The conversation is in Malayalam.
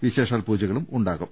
വിശേഷാൽ പൂജകളും ഉണ്ടാ കും